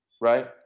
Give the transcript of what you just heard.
right